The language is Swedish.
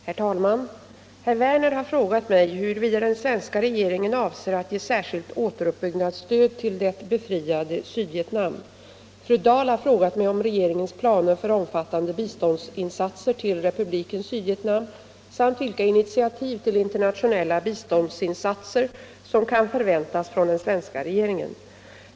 Herr talman! Herr Werner i Tyresö har frågat mig huruvida den svenska regeringen avser att ge särskilt återuppbyggnadsstöd till det befriade Sydvietnam. Fru Dahl har frågat mig om regeringens planer för omfattande biståndsinsatser till Republiken Sydvietnam samt vilka initiativ till internationella biståndsinsatser som kan förväntas från den svenska regeringen.